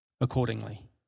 accordingly